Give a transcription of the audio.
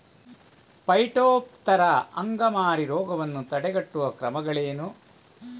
Phytophthora ಅಂಗಮಾರಿ ರೋಗವನ್ನು ತಡೆಗಟ್ಟುವ ಕ್ರಮಗಳೇನು?